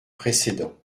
précédent